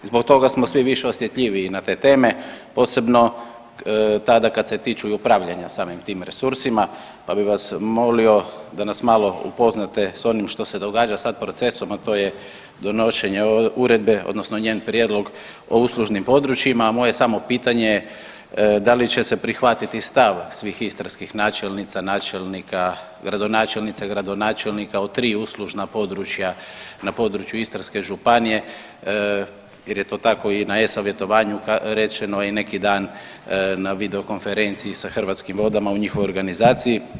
Zbog toga smo svi više osjetljiviji na te teme, posebno tada kad se tiče i upravljanja samim tim resursima, pa bih vas molio da nas malo upoznate s onim što se događa sad procesom, a to je donošenje uredbe odnosno njen prijedlog o uslužnim područjima, a moje je samo pitanje da li će se prihvatiti stav svih istarskih načelnica, načelnika, gradonačelnica i gradonačelnica u 3 uslužna područja na području Istarske županije jer je to tako na e-savjetovanju rečeno i neki dan na video konferenciji sa Hrvatskom vodama u njihovoj organizaciji.